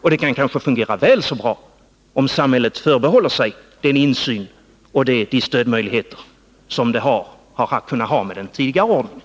Och det kan kanske fungera väl så bra, om samhället förbehåller sig den insyn och de stödmöjligheter som samhället haft med tidigare ordning.